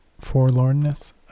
forlornness